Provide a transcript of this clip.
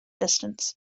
distance